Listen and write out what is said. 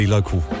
Local